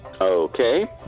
Okay